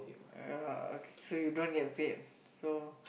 ya okay so you don't get paid so